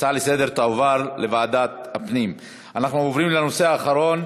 ההצעה להעביר את הנושא לוועדת הפנים והגנת הסביבה נתקבלה.